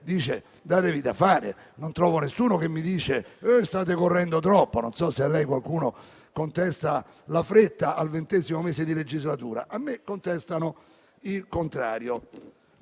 di darci da fare, mentre non trovo nessuno che mi dica che stiamo correndo troppo. Non so se a lei qualcuno contesti la fretta al ventesimo mese di legislatura: a me contestano il contrario.